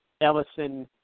Ellison